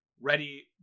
ready